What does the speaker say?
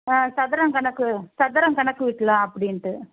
சதுரம் கணக்கு சதுரம் கணக்கு விட்லாம் அப்படின்ட்டு